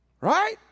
right